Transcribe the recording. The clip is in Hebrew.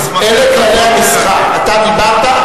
אלה כללי המשחק: אתה דיברת,